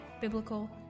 biblical